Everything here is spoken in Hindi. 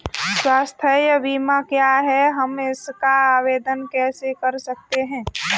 स्वास्थ्य बीमा क्या है हम इसका आवेदन कैसे कर सकते हैं?